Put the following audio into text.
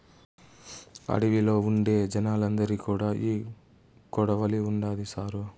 అడవిలో ఉండే జనాలందరి కాడా ఈ కొడవలి ఉండాది సారూ